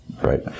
right